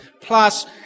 plus